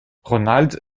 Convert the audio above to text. ronald